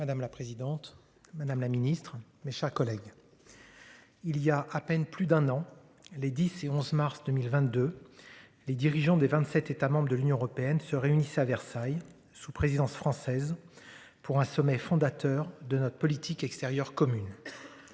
Madame la présidente, madame la Ministre, mes chers collègues. Il y a à peine plus d'un an, les 10 et 11 mars 2022. Les dirigeants des 27 États membres de l'Union européenne se réunissent à Versailles sous présidence française pour un sommet fondateur de notre politique extérieure commune.